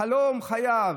חלום חייו.